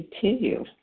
continue